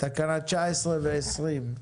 תקנה 19 ו-20.